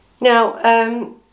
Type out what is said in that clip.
Now